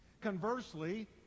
Conversely